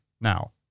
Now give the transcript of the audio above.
now